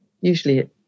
usually